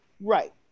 Right